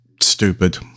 stupid